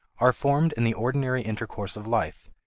are formed in the ordinary intercourse of life,